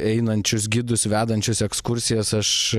einančius gidus vedančius ekskursijas aš